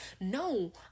no